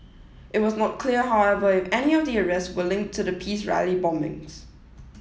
it was not clear however if any of the arrests were linked to the peace rally bombings